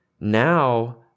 Now